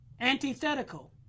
antithetical